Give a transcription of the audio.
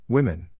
Women